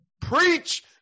Preach